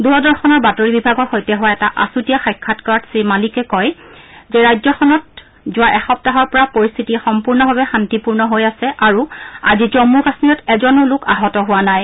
দূৰদৰ্শনৰ বাতৰি বিভাগৰ সৈতে হোৱা এটা আছুতীয়া সাক্ষাৎকাৰত শ্ৰী মালিকে কয় যে ৰাজ্যখনত যোৱা এসপ্তাহৰ পৰা পৰিস্থিতি সম্পূৰ্ণভাৱে শাস্তিপূৰ্ণ হৈ আছে আৰু আজি জম্ম কাম্মীৰত এজনো লোক আহত হোৱা নাই